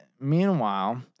meanwhile